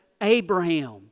Abraham